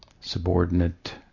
subordinate